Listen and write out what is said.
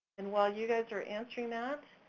and while you guys are answering that,